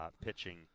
pitching